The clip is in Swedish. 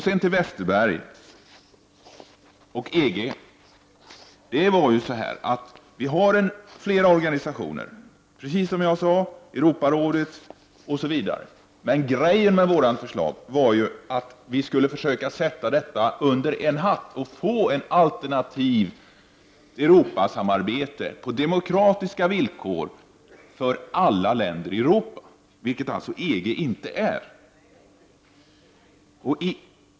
Sedan till Bengt Westerberg och EG. Som jag sade finns det flera organisationer, Europarådet m.fl., men meningen med vårt förslag var ju att vi skulle försöka sätta det hela under en hatt och få ett alternativt Europasamarbete på demokratiska villkor för alla länder i Europa. EG innebär inte detta.